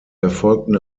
erfolgten